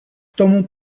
tomu